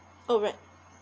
alright